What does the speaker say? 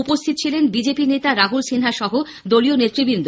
উপস্থিত ছিলেন বিজেপি নেতা রাহুল সিনহা সহ দলীয় নেতৃবৃন্দ